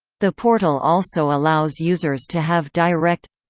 the portal also allows users to have direct